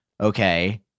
okay